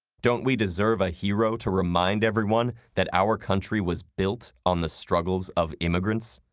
don't we deserve a hero to remind everyone that our country was build on the struggles of immigrants?